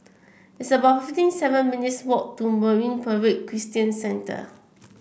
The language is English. it's about fifty seven minutes' walk to Marine Parade Christian Centre